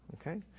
Okay